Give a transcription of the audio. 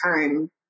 time